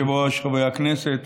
אני מציע שתיתנו ליושב-ראש לנהל את סדר